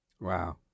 Wow